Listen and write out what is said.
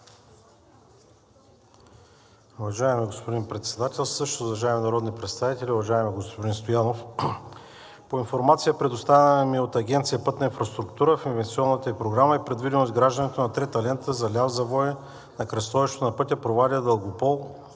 Уважаеми господин председател, уважаеми народни представители! Уважаеми господин Стоянов, по информация, предоставена ми от Агенция „Пътна инфраструктура“, в инвестиционната ѝ програма е предвидено изграждането на трета лента за ляв завой на кръстовището на пътя Провадия – Дългопол